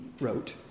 wrote